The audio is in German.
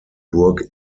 burg